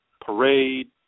parade